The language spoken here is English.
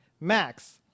Max